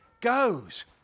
goes